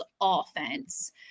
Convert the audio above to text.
offense